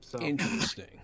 Interesting